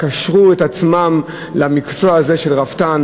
הם קשרו את עצמם למקצוע הזה של רפתן